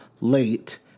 late